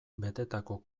betetako